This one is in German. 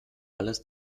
alles